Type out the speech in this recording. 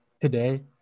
today